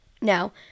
Now